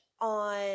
on